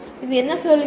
இது என்ன சொல்கிறது